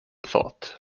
thought